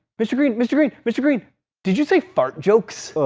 mr. green, mr. green, mr. green did you say fart jokes?